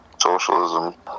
socialism